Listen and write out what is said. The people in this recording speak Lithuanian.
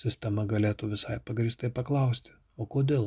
sistema galėtų visai pagrįstai paklausti o kodėl